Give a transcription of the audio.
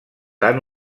tan